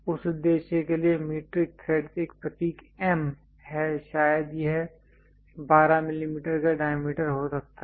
उस उद्देश्य के लिए मीट्रिक थ्रेड्स एक प्रतीक M है शायद यह 12 mm का डायमीटर हो सकता है